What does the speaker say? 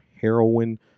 heroin